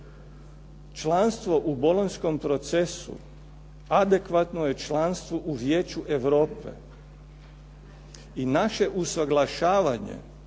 Članstvo u Bolonjskom procesu adekvatno je članstvu u Vijeću Europe. I naše usuglašavnje